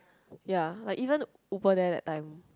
ya like even Uber there that time